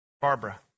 Barbara